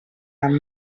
amb